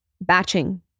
batching